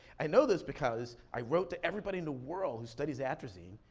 i know this because i wrote to everybody in the world who studies atrazine,